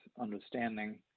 understanding